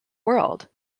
world